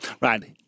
Right